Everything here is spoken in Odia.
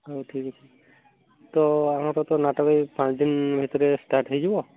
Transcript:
ହଉ ଠିକ୍ ଅଛି ତ ଆମର ନାଟକ ଏଇ ପାଞ୍ଚ ଦିନି ଭିତରେ ଷ୍ଟାର୍ଟ୍ ହେଇଯିବ